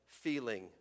feeling